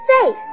safe